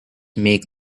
make